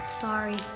Sorry